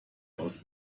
aus